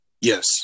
Yes